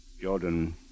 Jordan